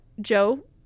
Joe